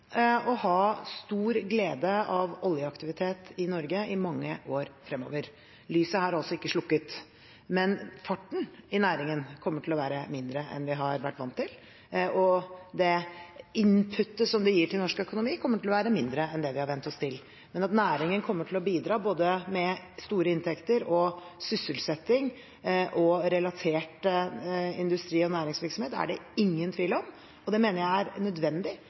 å ha stor glede av oljeaktivitet i Norge i mange år fremover. Lyset er altså ikke slukket. Men farten i næringen kommer til å være mindre enn vi har vært vant til, og den «inputen» som det gir til norsk økonomi, kommer til å være mindre enn det vi har vent oss til. Men at næringen kommer til å bidra med både store inntekter, sysselsetting og relatert industri og næringsvirksomhet er det ingen tvil om. Og det mener jeg er nødvendig